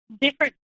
different